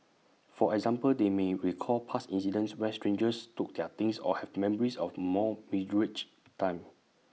for example they may recall past incidents where strangers took their things or have memories of more meagre times